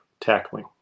tackling